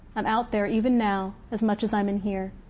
i'm out there, even now, as much as i'm in here.